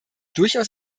durchaus